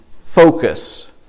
focus